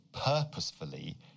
purposefully